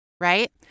right